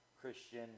Christian